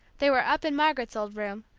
they were up in margaret's old room,